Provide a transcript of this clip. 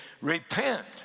repent